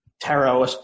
tarot